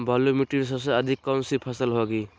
बालू मिट्टी में सबसे अधिक कौन सी फसल होगी?